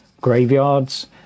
graveyards